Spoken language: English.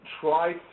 Try